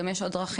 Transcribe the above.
גם יש עוד דרכים.